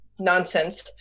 nonsense